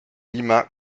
lima